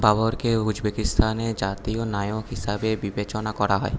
বাবরকে উজবেকিস্তানে জাতীয় নায়ক হিসেবে বিবেচনা করা হয়